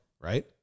right